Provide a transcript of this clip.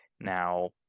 Now